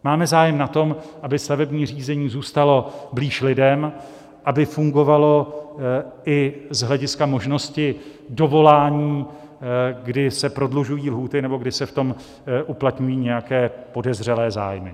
Máme zájem na tom, aby stavební řízení zůstalo blíž lidem, aby fungovalo i z hlediska možnosti dovolání, kdy se prodlužují lhůty nebo kdy se v tom uplatňují nějaké podezřelé zájmy.